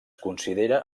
considera